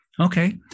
Okay